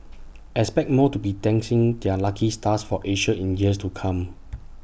expect more to be dancing their lucky stars for Asia in years to come